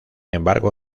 embargo